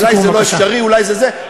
אולי זה לא אפשרי ואולי זה זה,